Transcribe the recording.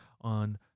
on